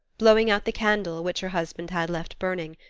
blowing out the candle, which her husband had left burning,